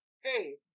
hey